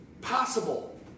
possible